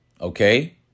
Okay